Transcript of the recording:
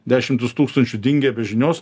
dešimtys tūkstančių dingę be žinios